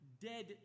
dead